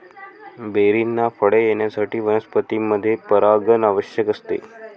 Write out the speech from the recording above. बेरींना फळे येण्यासाठी वनस्पतींमध्ये परागण आवश्यक असते